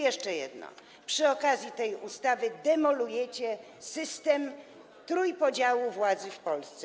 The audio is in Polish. Jeszcze jedno: przy okazji tej ustawy demolujecie system trójpodziału władzy w Polsce.